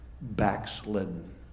backslidden